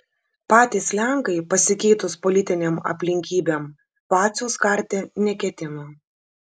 patys lenkai pasikeitus politinėm aplinkybėm vaciaus karti neketino